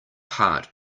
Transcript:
part